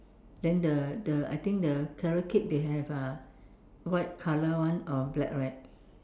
then the the I think the carrot cake they have uh white colour one or black right